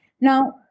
Now